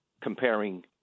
comparing